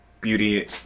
Beauty